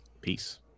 Peace